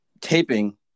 taping